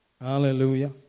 Hallelujah